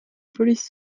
police